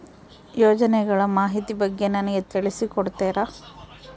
ಯೋಜನೆಗಳ ಮಾಹಿತಿ ಬಗ್ಗೆ ನನಗೆ ತಿಳಿಸಿ ಕೊಡ್ತೇರಾ?